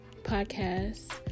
podcast